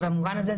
במובן הזה,